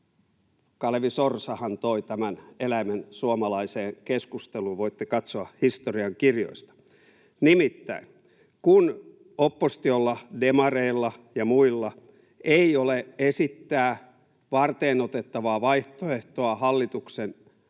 Kalevi Sorsahan toi tämän eläimen suomalaiseen keskusteluun, voitte katsoa historiankirjoista. Nimittäin kun oppositiolla, demareilla ja muilla, ei ole esittää varteenotettavaa vaihtoehtoa hallituksen